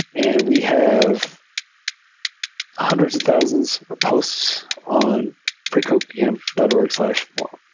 and we have hundreds of thousands of posts on freecodecamp dot org slash forum.